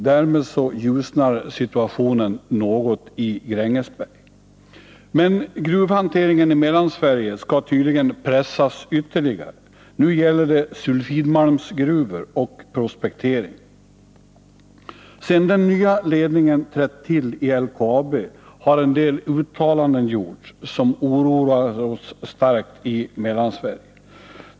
Därmed ljusnar situationen något i Grängesberg. Men gruvhanteringen i Mellansverige skall tydligen pressas ytterligare. Nu gäller det sulfidmalmsgruvor och prospektering. Sedan den nya ledningen i LKAB trätt till har en del uttalanden gjorts, som oroar oss starkt i Mellansverige.